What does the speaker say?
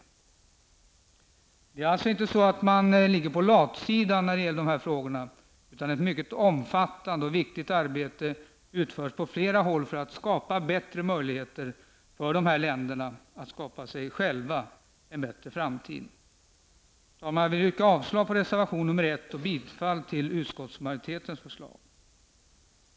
Man ligger alltså inte på latsidan när det gäller dessa frågor, utan det är ett mycket omfattande och viktigt arbete som utförs på flera håll för att förbättra möjligheterna för dessa länder att skapa sig en bättre framtid. Herr talman! Jag yrkar därför avslag på reservation nr 1 och bifall till utskottsmajoritetens förslag.